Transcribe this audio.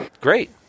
Great